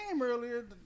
earlier